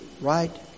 right